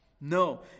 No